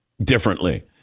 differently